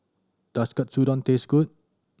does Katsudon taste good